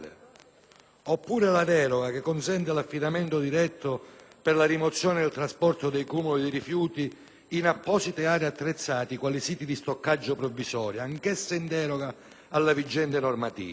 Oppure la deroga che consente l'affidamento diretto per la rimozione e il trasporto dei cumuli di rifiuti in apposite aree attrezzate quali siti di stoccaggio provvisorio, anch'esse in deroga alla vigente normativa?